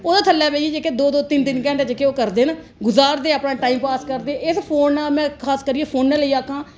ओहदे थल्ले बेइये जेहके दो दो तिन तिन घंटे जेहके ओह् करदे गुजारदे अपना टाइम पास करदे एह फोन में खास करिये फोने तांई गै आखेआ